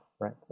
right